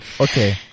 Okay